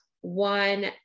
one